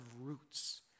roots